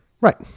Right